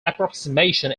approximation